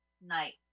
night